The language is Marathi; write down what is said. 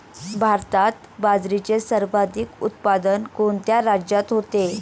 भारतात बाजरीचे सर्वाधिक उत्पादन कोणत्या राज्यात होते?